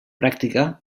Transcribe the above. pràctica